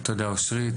תודה רבה אושרית.